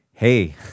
Hey